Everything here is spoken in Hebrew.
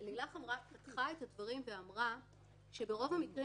לילך פתחה את הדברים ואמרה שברוב המקרים